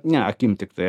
ne akim tiktai